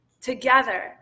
together